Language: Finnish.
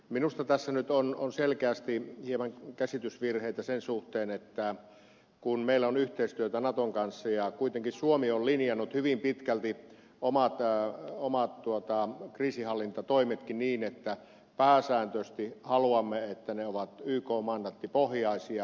minusta tässä nyt on selkeästi hieman käsitysvirheitä sen suhteen että meillä on yhteistyötä naton kanssa ja kuitenkin suomi on linjannut hyvin pitkälti omat kriisinhallintatoimetkin niin että pääsääntöisesti haluamme että ne ovat yk mandaattipohjaisia